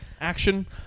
action